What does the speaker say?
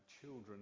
children